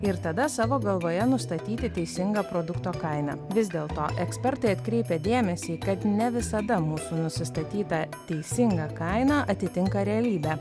ir tada savo galvoje nustatyti teisingą produkto kaina vis dėlto ekspertai atkreipia dėmesį kad ne visada mūsų nusistatyta teisinga kaina atitinka realybę